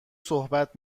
صحبت